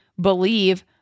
believe